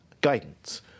guidance